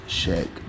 check